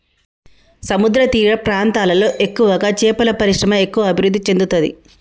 సముద్రతీర ప్రాంతాలలో ఎక్కువగా చేపల పరిశ్రమ ఎక్కువ అభివృద్ధి చెందుతది